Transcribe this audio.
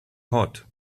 hot